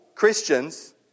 Christians